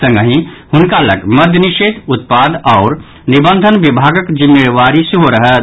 संगहि हुनका लग मद्य निषेध उत्पाद आओर निबंधन विभागक जिम्मेवारी सेहो रहत